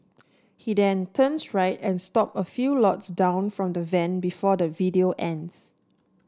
he then turns right and stop a few lots down from the van before the video ends